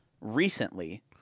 recently